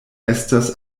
estas